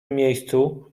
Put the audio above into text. miejscu